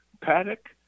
Paddock